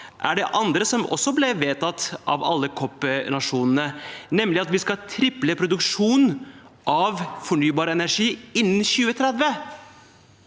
er det andre som ble vedtatt av alle COP-nasjonene, nemlig at vi skal tredoble produksjonen av fornybar energi innen 2030.